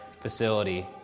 facility